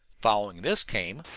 following this came.